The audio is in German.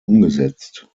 umgesetzt